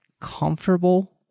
comfortable